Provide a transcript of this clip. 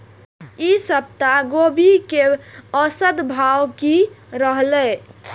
ई सप्ताह गोभी के औसत भाव की रहले?